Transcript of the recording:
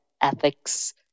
ethics